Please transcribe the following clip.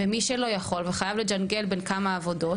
ומי שלא יכול לעשות את זה וחייב לג׳נגל בכמה עבודות,